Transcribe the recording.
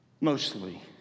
Mostly